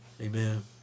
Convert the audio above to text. Amen